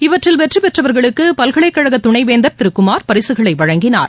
இவற்றில் வெற்றிபெற்றவர்களுக்கு பல்கலைக்கழக துணை வேந்தர் திரு குமார் பரிசுகளை வழங்கினார்